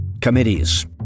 Committees